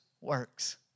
works